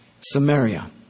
Samaria